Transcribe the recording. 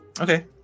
okay